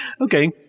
Okay